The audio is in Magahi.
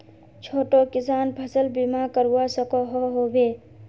छोटो किसान फसल बीमा करवा सकोहो होबे?